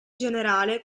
generale